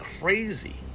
crazy